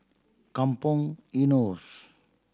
Kampong Eunos